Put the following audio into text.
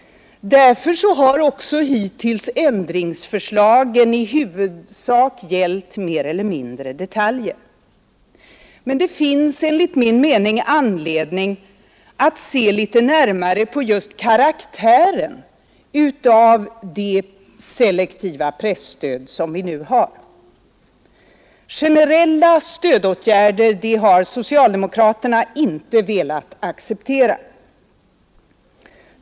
Därför har också hittills ändringsförslagen i huvudsak mer eller mindre gällt detaljer. Men det finns enligt min mening anledning att se litet närmare på just karaktären av det selektiva presstöd som vi nu har. Generella stödåtgärder har socialdemokraterna inte velat acceptera.